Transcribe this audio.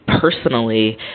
personally